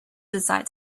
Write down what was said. decide